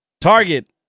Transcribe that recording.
Target